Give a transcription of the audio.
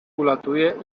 ulatuje